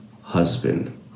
husband